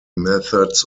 methods